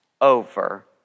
over